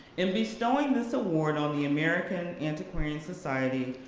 in bestowing this award on the american antiquarian society,